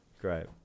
Great